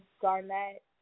Garnett